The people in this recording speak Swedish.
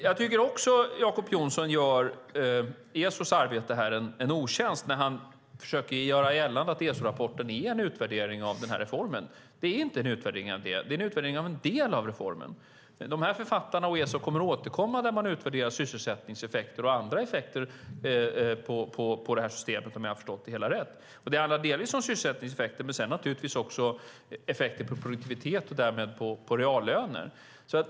Jag tycker också att Jacob Johnson gör ESO:s arbete en otjänst när han försöker göra gällande att ESO-rapporten är en utvärdering av den här reformen. Det är inte en utvärdering av hela reformen utan bara av en del av den. ESO och författarna kommer att återkomma med en utvärdering av sysselsättningseffekter och andra effekter på systemet. Det handlar delvis om sysselsättningseffekter men också effekter på produktivitet och därmed på reallöner.